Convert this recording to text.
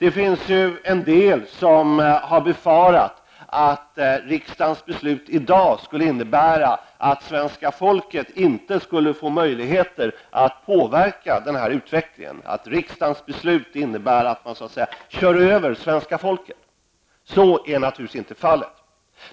En del befarar att riksdagens beslut i dag kommer att innebära att svenska folket inte får möjligheter att påverka utvecklingen, att riksdagens beslut så att säga kör över svenska folket, men så är naturligtvis inte fallet.